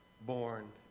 born